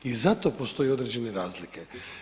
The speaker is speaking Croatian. I zato postoje određene razlike.